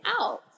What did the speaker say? out